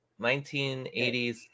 1980s